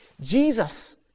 Jesus